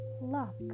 luck